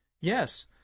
Yes